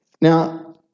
Now